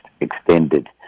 extended